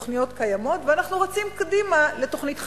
התוכניות קיימות ואנחנו רצים קדימה לתוכנית חדשה,